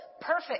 perfect